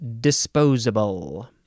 disposable